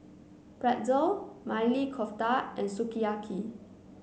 Pretzel Maili Kofta and Sukiyaki